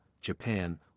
Japan